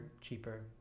cheaper